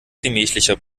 gemächlicher